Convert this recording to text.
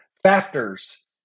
factors